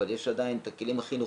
אבל יש את הכלים החינוכיים,